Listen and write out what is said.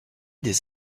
des